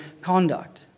conduct